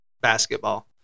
basketball